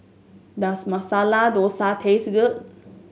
does Masala Dosa taste good